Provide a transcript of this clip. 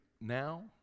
now